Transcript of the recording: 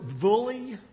bully